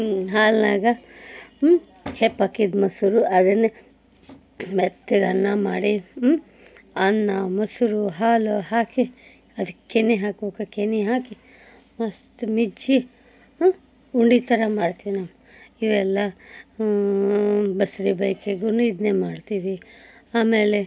ಹಾಲಿನಾಗ ಹೆಪ್ಪಾಕಿದ್ದ ಮೊಸರು ಅದನ್ನೇ ಮೆತ್ತಗೆ ಅನ್ನ ಮಾಡಿ ಅನ್ನ ಮೊಸರು ಹಾಲು ಹಾಕಿ ಅದಕ್ಕೆ ಕೆನೆ ಹಾಕಬೇಕು ಕೆನೆ ಹಾಕಿ ಮಸ್ತ್ ಮಿಜ್ಜಿ ಉಂಡೆ ಥರ ಮಾಡ್ತೀವಿ ನಾವು ಇವೆಲ್ಲ ಬಸುರಿ ಬಯಕೆಗೂ ಇದನ್ನೇ ಮಾಡ್ತೀವಿ ಆಮೇಲೆ